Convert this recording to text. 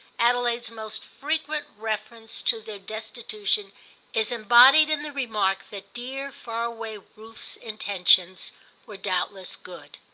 adelaide's most frequent reference to their destitution is embodied in the remark that dear far-away ruth's intentions were doubtless good.